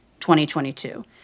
2022